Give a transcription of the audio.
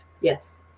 Yes